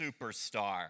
superstar